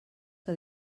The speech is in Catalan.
que